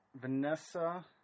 Vanessa